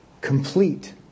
Complete